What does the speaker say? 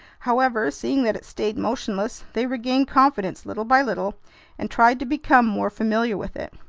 however, seeing that it stayed motionless, they regained confidence little by little and tried to become more familiar with it.